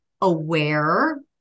aware